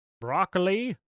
Broccoli